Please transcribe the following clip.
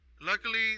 Luckily